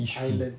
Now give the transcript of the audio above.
yishun